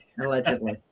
Allegedly